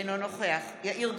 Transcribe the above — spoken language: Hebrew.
אינו נוכח יאיר גולן,